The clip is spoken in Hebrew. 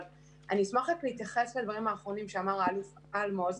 אבל אני אשמח להתייחס לדברים האחרונים שאמר האלוף אלמוז,